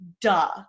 duh